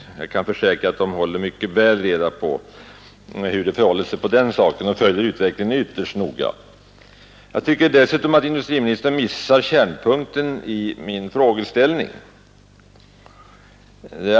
Jag kan försäkra att småföretagen mycket väl håller reda på hur det förhåller sig med den saken och att de följer utvecklingen ytterst noga. Jag tycker dessutom att industriministern missar kärnpunkten i min fråga.